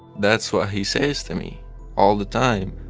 that's what he says to me all the time.